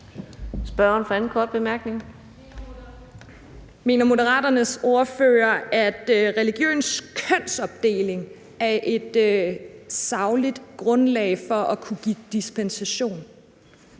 Mener Moderaterne ordfører, at religiøs kønsopdeling er et sagligt grundlag for at kunne give dispensation?